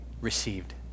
received